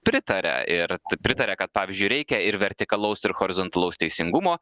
pritaria ir pritaria kad pavyzdžiui reikia ir vertikalaus ir horizontalaus teisingumo